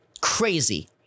crazy